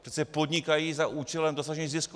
Přece podnikají za účelem dosažení zisku.